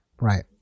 Right